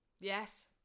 yes